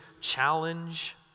challenge